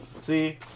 See